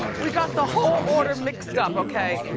we got the whole order mixed up, okay,